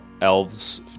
elves